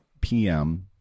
PM